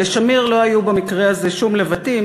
אבל לשמיר לא היו במקרה הזה שום לבטים.